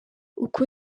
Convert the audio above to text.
uku